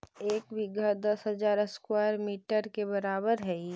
एक बीघा दस हजार स्क्वायर मीटर के बराबर हई